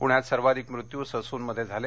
पुण्यात सर्वाधिक मृत्यू ससून मध्ये झाले